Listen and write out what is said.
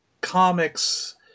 comics